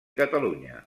catalunya